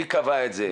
מי קבע את זה?